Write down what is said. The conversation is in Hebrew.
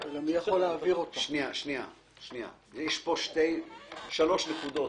יש פה שלוש נקודות